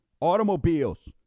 automobiles